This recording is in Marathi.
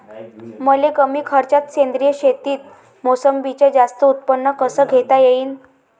मले कमी खर्चात सेंद्रीय शेतीत मोसंबीचं जास्त उत्पन्न कस घेता येईन?